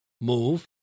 move